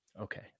okay